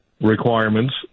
requirements